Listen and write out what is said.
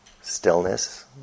stillness